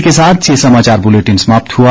इसी के साथ ये समाचार बुलेटिन समाप्त हुआ